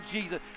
Jesus